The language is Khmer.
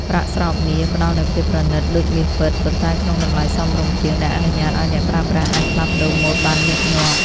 ប្រាក់ស្រោបមាស ផ្ដល់នូវភាពប្រណិតដូចមាសពិត ប៉ុន្តែក្នុងតម្លៃសមរម្យជាង ដែលអនុញ្ញាតឲ្យអ្នកប្រើប្រាស់អាចផ្លាស់ប្តូរម៉ូដបានញឹកញាប់។